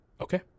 Okay